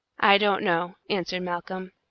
i don't know, answered malcolm.